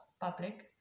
public